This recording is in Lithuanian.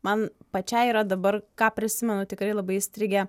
man pačiai yra dabar ką prisimenu tikrai labai įstrigę